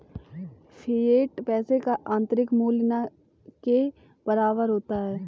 fiat पैसे का आंतरिक मूल्य न के बराबर होता है